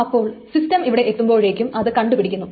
അപ്പോൾ സിസ്റ്റം ഇവിടെ എത്തുമ്പോഴേക്കും അത് കണ്ടു പിടിക്കുന്നു